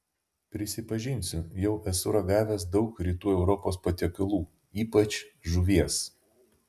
prisipažinsiu jau esu ragavęs daug rytų europos patiekalų ypač žuvies